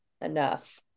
enough